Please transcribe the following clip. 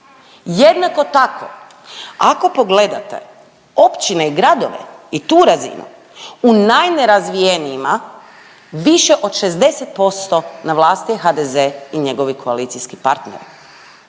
Jednako tako ako pogledate općine i gradove i tu razinu, u najnerazvijenijima više od 60% na vlasti je HDZ i njegovi koalicijski partneri